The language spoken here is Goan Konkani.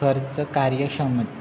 खर्च कार्यक्षमत